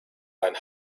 ein